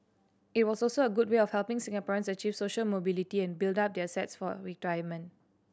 it was also a good way of helping Singaporeans achieve social mobility and build up their assets for retirement